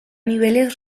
niveles